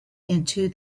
into